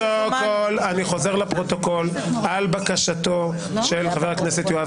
לפרוטוקול על בקשתו של חבר הכנסת יואב